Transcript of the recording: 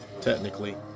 technically